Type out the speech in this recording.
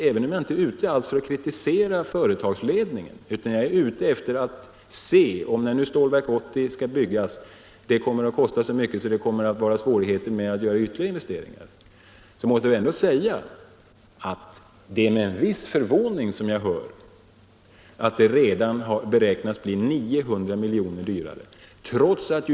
Även om jag inte är ute för att kritisera företagsledningen utan för att se om byggandet av Stålverk 80 kommer att kosta så mycket att det blir svårt att göra ytterligare investeringar, måste jag ändå säga att det är med viss förvåning som jag hör att projektet redan beräknas bli 900 milj.kr. dyrare.